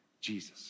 Jesus